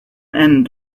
end